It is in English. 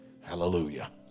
Hallelujah